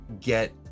get